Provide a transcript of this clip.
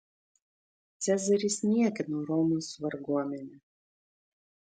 cezaris niekino romos varguomenę